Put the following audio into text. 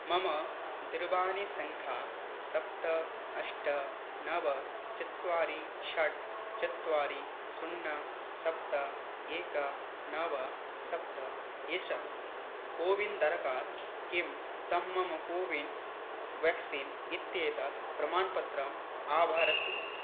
मम दूरवाणीसङ्ख्या सप्त अष्ट नव चत्वारि षट् चत्वारि शुन्यं सप्त एक नव सप्त एष अस्ति कोविन्दरकात् किं तं मम कोविन् वेक्सिन् इत्येतत् प्रमाणपत्रम् अवाहरसि